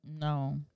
No